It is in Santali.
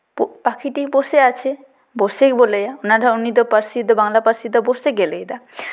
ᱯᱟᱠᱷᱤᱴᱤ ᱵᱚᱥᱮ ᱟᱪᱷᱮ ᱵᱚᱥᱮ ᱜᱮᱵᱚ ᱞᱟᱹᱭᱟ ᱚᱱᱟ ᱫᱚ ᱩᱱᱤ ᱫᱚ ᱯᱟᱹᱨᱥᱤ ᱫᱚ ᱵᱟᱝᱞᱟ ᱯᱟᱹᱨᱥᱤ ᱫᱚ ᱵᱚᱥᱮ ᱜᱮᱭ ᱞᱟᱹᱭ ᱮᱫᱟ